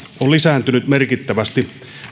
on lisääntynyt merkittävästi